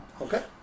Okay